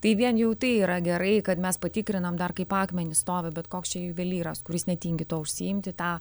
tai vien jau tai yra gerai kad mes patikrinom dar kaip akmenys stovi bet koks čia juvelyras kuris netingi tuo užsiimti tą